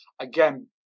again